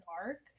dark